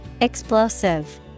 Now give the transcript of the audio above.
Explosive